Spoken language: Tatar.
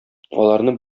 аларны